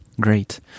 Great